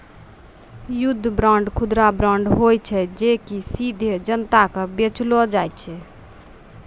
युद्ध बांड, खुदरा बांड होय छै जे कि सीधे जनता के बेचलो जाय छै